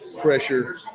pressure